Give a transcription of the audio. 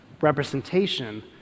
representation